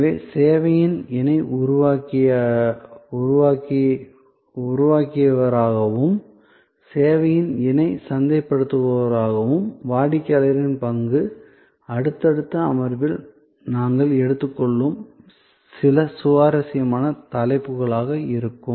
எனவே சேவையின் இணை உருவாக்கியவராகவும் சேவையின் இணை சந்தைப்படுத்துபவராகவும் வாடிக்கையாளரின் பங்கு அடுத்தடுத்த அமர்வில் நாங்கள் எடுத்துக் கொள்ளும் சில சுவாரஸ்யமான தலைப்புகளாக இருக்கும்